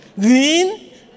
green